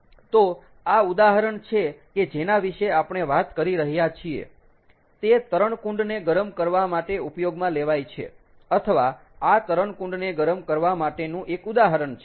તો આ ઉદાહરણ છે કે જેના વિશે આપણે વાત કરી રહ્યા છીએ તે તરણકુંડને ગરમ કરવા માટે ઉપયોગમાં લેવાય છે અથવા આ તરણકુંડને ગરમ કરવા માટેનું એક ઉદાહરણ છે